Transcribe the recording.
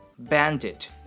Bandit